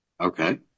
Okay